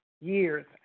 years